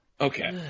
Okay